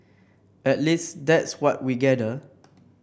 at least that's what we gather